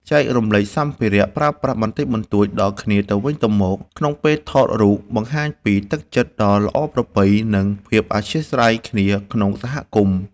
ចែករំលែកសម្ភារៈប្រើប្រាស់បន្តិចបន្តួចដល់គ្នាទៅវិញទៅមកក្នុងពេលថតរូបបង្ហាញពីទឹកចិត្តដ៏ល្អប្រពៃ និង ភាពអធ្យាស្រ័យគ្នាក្នុងសហគមន៍។